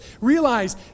Realize